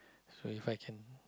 so If I can